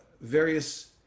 various